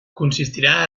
consistirà